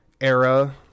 era